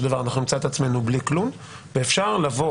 דבר אנחנו נמצא את עצמנו בלי כלום ואפשר לבוא,